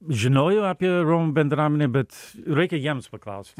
žinojau apie romų bendramenę bet reikia jiems paklaust